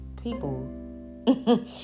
people